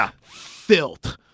filth